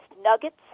nuggets